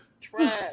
trash